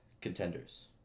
contenders